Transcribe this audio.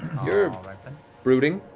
you're brooding.